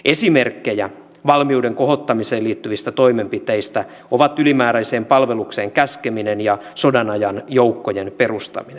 esimerkkejä valmiuden kohottamiseen liittyvistä toimenpiteistä ovat ylimääräiseen palvelukseen käskeminen ja sodan ajan joukkojen perustaminen